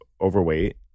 overweight